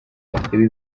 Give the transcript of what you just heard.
ibi